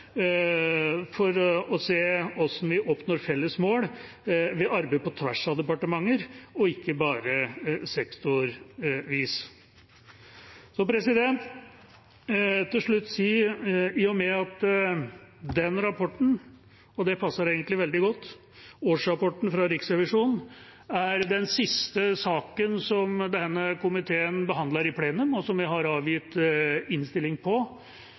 for å se hvordan vi oppnår felles mål, at vi arbeider på tvers av departementer og ikke bare sektorvis. Jeg vil til slutt i og med at denne rapporten – og det passer egentlig veldig godt at det er årsrapporten fra Riksrevisjonen – er den siste saken som denne komiteen behandler i plenum, og som vi har avgitt innstilling på,